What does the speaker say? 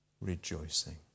rejoicing